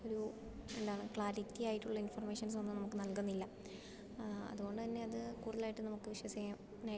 ഒരു എന്താണ് ക്ലാരിറ്റി ആയിട്ടുള്ള ഇൻഫർമേഷൻസൊന്നും നമുക്ക് നൽകുന്നില്ല അതുകൊണ്ടു തന്നെ അത് കൂടുതലായിട്ടും നമുക്ക് വിശ്വസിക്കാനായിട്ട്